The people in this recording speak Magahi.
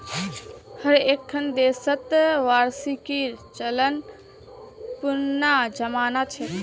हर एक्खन देशत वार्षिकीर चलन पुनना जमाना छेक